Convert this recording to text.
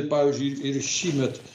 pavyzdžiui ir šįmet